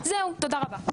זהו, תודה רבה.